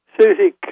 Susie